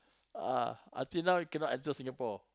ah until now he cannot enter Singapore